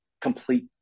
complete